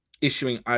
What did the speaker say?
issuing